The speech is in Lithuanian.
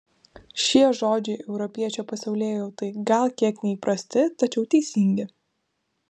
šie žodžiai europiečio pasaulėjautai gal kiek neįprasti tačiau teisingi